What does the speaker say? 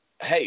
hey